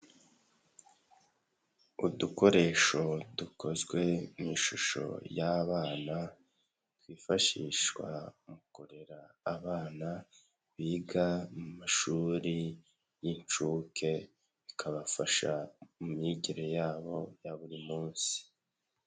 Udukoresho dukozwe mu ishusho y'abana, twifashishwa mu kurera abana, biga mu mashuri y'inshuke, ikabafasha mu myigire yabo ya buri munsi.